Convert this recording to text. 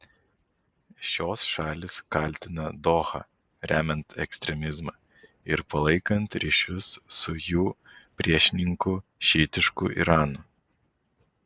šios šalys kaltina dohą remiant ekstremizmą ir palaikant ryšius su jų priešininku šiitišku iranu